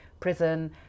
prison